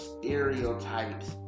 stereotypes